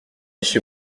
chez